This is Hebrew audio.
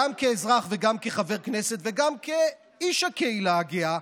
גם כאזרח וגם כחבר כנסת וגם כאיש הקהילה הגאה,